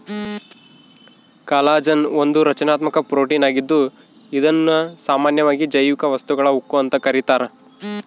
collagen ಒಂದು ರಚನಾತ್ಮಕ protein ಆಗಿದ್ದು ಇದುನ್ನ ಸಾಮಾನ್ಯವಾಗಿ ಜೈವಿಕ ವಸ್ತುಗಳ ಉಕ್ಕು ಅಂತ ಕರೀತಾರ